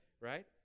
right